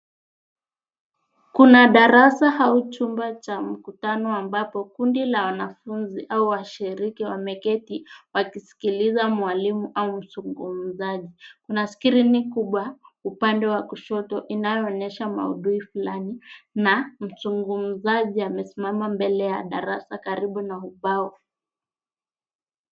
Kuna darasa au chumba cha mkutano ambapo kundi la wanafunzi au washiriki wameketi wakiskiliza mwalimu au mzungumzaji. Kuna skrini kubwa upande wa kushoto inayoonyesha maudhui fulani na mzungumzaji amesimama mbele ya darasa karibu na ubao.